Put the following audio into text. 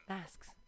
Masks